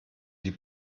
die